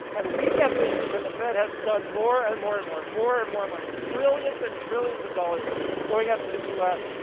and week after week since then, the fed has done more and more and more more and more money, trillions and trillions of dollars going out to the u s,